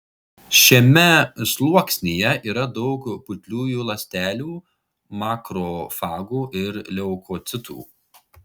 šiame sluoksnyje yra daug putliųjų ląstelių makrofagų ir leukocitų